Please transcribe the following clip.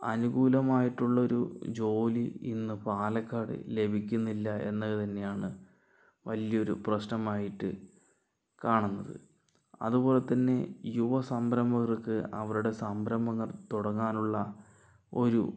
അനുകൂലമായിട്ടുള്ള ഒരു ജോലി ഇന്ന് പാലക്കാട് ലഭിക്കുന്നില്ല എന്ന് തന്നെയാണ് വലിയ ഒരു പ്രശ്നമായിട്ട് കാണുന്നത് അതുപോലെ തന്നെ ഈ യുവസംരംഭർക്ക് അവരുടെ സംരംഭം തുടങ്ങാനുള്ള ഒരു